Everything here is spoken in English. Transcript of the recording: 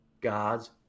god's